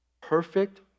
perfect